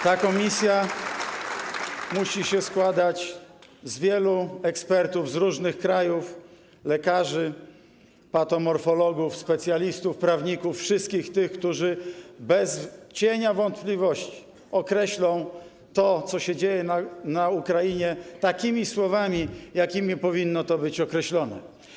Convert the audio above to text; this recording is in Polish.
Ta komisja musi się składać z wielu ekspertów z różnych krajów, lekarzy, patomorfologów, specjalistów, prawników - wszystkich tych, którzy bez cienia wątpliwości określą to, co się dzieje na Ukrainie, takimi słowami, jakimi powinno to być określone.